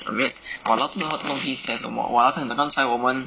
我没有 !walao! 都没有喝东西 seh 什么跟你讲刚才我们